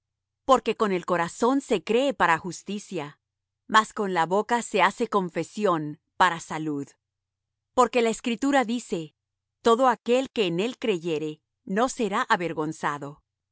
porque con el corazón se cree para justicia mas con la boca se hace confesión para salud porque la escritura dice todo aquel que en él creyere no será avergonzado